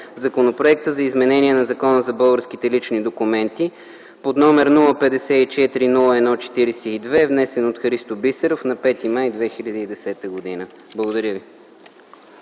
Законопроекта за изменение на Закона за българските лични документи под № 054-01-42, внесен от Христо Бисеров на 5 май 2010 г.” Благодаря ви.